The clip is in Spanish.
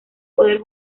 poder